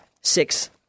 six